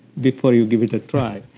before you give it a try.